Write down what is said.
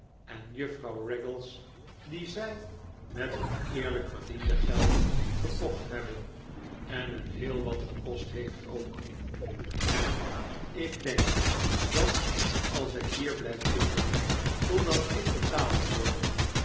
en juffrouw raggles die zij met hun eerlijk verdiende geld gekocht hebben en hun heel wat gekost heeft ook en ik denk dat als ik hier blijf zitten totdat ik betaald word